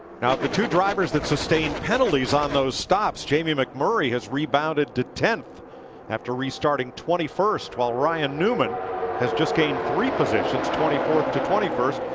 the two drivers that sustained penalties on those stops, jamie mcmurray has rebounded to tenth after restarting twenty first while ryan newman has just gained three positions, twenty fourth to twenty first.